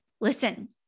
Listen